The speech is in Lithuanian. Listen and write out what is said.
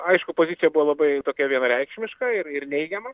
aišku pozicija buvo labai tokia vienareikšmiška ir neigiama